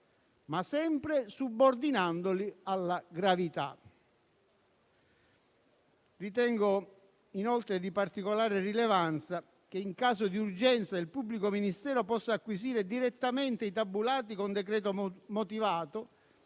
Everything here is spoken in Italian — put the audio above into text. ma sempre subordinandoli alla gravità. Ritengo, inoltre, di particolare rilevanza che in caso di urgenza il pubblico ministero possa acquisire direttamente i tabulati con decreto motivato